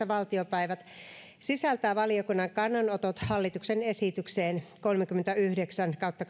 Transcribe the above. valtiopäiviltä sisältää valiokunnan kannanotot hallituksen esitykseen kolmekymmentäyhdeksän kautta